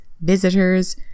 visitors